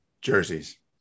jerseys